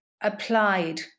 applied